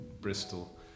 Bristol